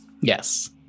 yes